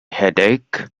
headache